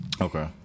Okay